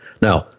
Now